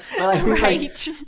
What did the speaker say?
Right